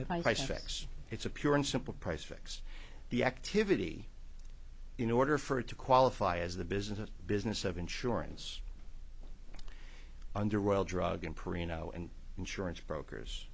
fix it's a pure and simple price fix the activity in order for it to qualify as the business a business of insurance under well drug and perino and insurance brokers